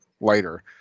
later